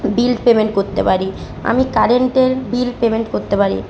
বিল payment করতে পারি আমি কারেন্টের বিল পেমেন্ট করতে পারি